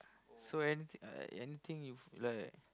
so any~ anything you feel like